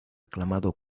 aclamado